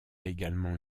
également